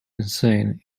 insane